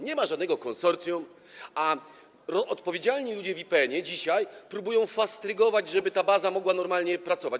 Nie ma żadnego konsorcjum, a odpowiedzialni ludzie w IPN dzisiaj próbują to fastrygować, tak żeby ta baza mogła normalnie pracować.